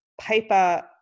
paper